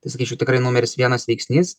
tai sakyčiau tikrai numeris vienas veiksnys